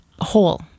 whole